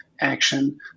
action